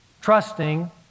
trusting